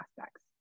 aspects